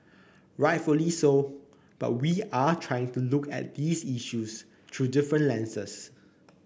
rightfully so but we are trying to look at these issues through different lenses